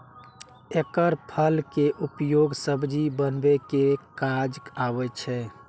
एकर फल के उपयोग सब्जी बनबै के काज आबै छै